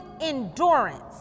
endurance